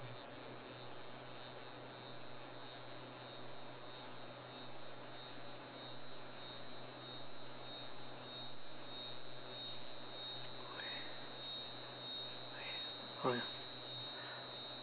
okay